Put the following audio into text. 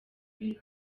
bwiza